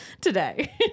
today